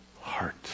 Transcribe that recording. heart